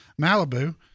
Malibu